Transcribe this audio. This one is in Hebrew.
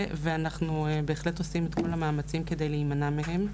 ואנחנו בהחלט עושים את כל המאמצים כדי להימנע מהם.